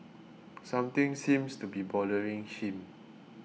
something seems to be bothering him